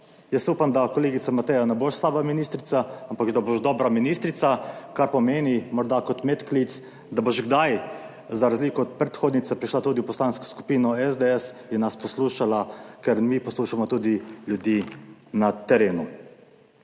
Jaz upam, da kolegica Mateja ne bo slaba ministrica, ampak da boš dobra ministrica, kar pomeni, morda kot medklic, da boš kdaj za razliko od predhodnice prišla tudi v Poslansko skupino SDS in nas poslušala, ker mi poslušamo tudi ljudi na terenu.